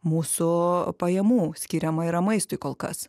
mūsų pajamų skiriama yra maistui kol kas